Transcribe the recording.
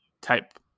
type